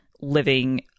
living